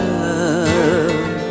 love